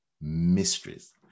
mysteries